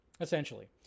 essentially